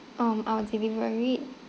um our delivery